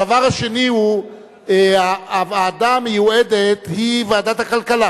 הדבר השני הוא, הוועדה המיועדת היא ועדת הכלכלה,